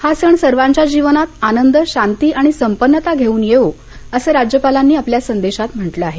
हा सण सर्वांच्या जीवनात आनंद शांती आणि संपन्नता घेऊन येवो असं राज्यपालांनी आपल्या संदेशात म्हटलं आहे